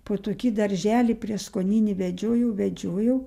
po tokį darželį prieskoninį vedžioju vedžioju